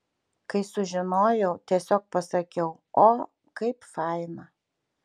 kai sužinojau tiesiog pasakiau o kaip faina